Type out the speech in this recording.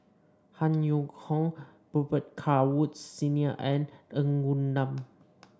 Han Yong Hong Robet Carr Woods Senior and Ng Woon Lam